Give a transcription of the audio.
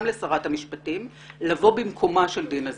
לשרת המשפטים לבוא במקומה של דינה זילבר.